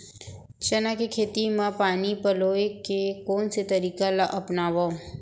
चना के खेती म पानी पलोय के कोन से तरीका ला अपनावव?